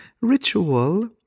Ritual